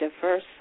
diverse